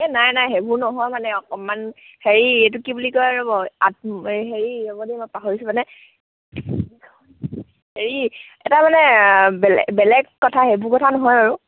এই নাই নাই সেইবোৰ নহয় মানে অকণমান হেৰি এইটো কি বুলি কয় ৰ'ব আপ এই হেৰি ৰ'ব দেই মই পাহৰিছোঁ মানে হেৰি এটা মানে বেলে বেলেগ কথা সেইবোৰ কথা নহয় বাৰু